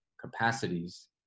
capacities